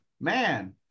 man